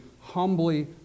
humbly